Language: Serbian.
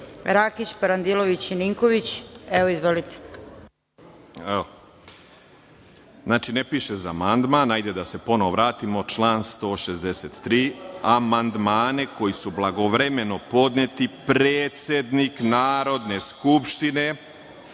Rakić, Parandilović i Ninković. Izvolite. **Dragan Ninković** Znači ne piše za amandman. Hajde da se ponovo vratimo. Član 163. - amandmane koji su blagovremeno podneti predsednik Narodne skupštine